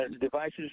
devices